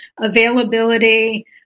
availability